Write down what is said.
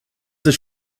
does